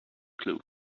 clue